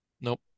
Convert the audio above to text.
Nope